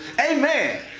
Amen